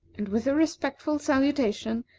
and, with a respectful salutation,